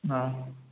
हां